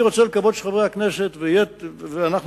ואנחנו,